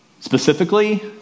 Specifically